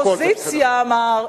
חבר אופוזיציה אמר,